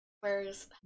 Whereas